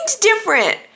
different